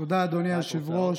תודה, אדוני היושב-ראש.